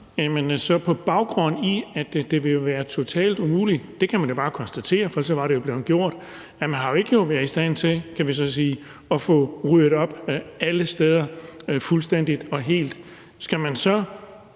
på baggrund af at det vil være totalt umuligt – det kan man bare konstatere, for ellers var det jo blevet gjort, og man har ikke været i stand til at få ryddet op alle steder fuldstændig og helt – skal man så